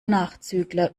nachzügler